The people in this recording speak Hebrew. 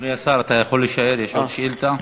אדוני השר, אתה יכול להישאר, יש עוד שאילתה.